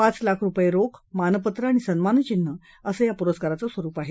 पाच लाख रुपये रोख मानपत्र आणि सन्मानचिन्ह असं या पूरस्काराचं स्वरुप आहे